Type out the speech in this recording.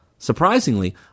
Surprisingly